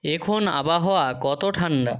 এখন আবহাওয়া কত ঠান্ডা